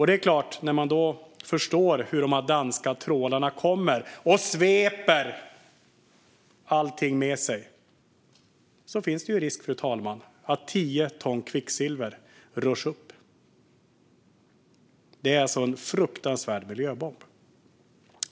Det är klart att man förstår att när de danska trålarna kommer och sveper allting med sig finns det ju risk, fru talman, att tio ton kvicksilver rörs upp. Det är alltså en fruktansvärd miljöbomb.